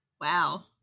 Wow